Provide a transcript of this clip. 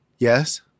Yes